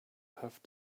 have